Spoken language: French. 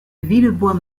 villebois